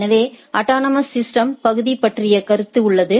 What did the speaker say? எனவே autonomous system பகுதி பற்றிய கருத்து உள்ளது